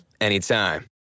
anytime